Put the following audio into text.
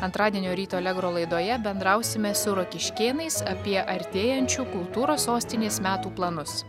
antradienio ryto allegro laidoje bendrausime su rokiškėnais apie artėjančių kultūros sostinės metų planus